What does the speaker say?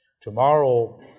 Tomorrow